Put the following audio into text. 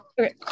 Okay